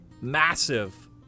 massive